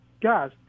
guys